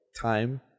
time